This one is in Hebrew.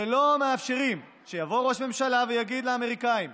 ולא מאפשרים שיבוא ראש ממשלה ויגיד לאמריקנים,